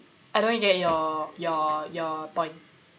I don't get your your your point